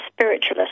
spiritualist